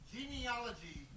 Genealogy